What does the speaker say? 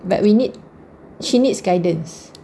but we need she needs guidance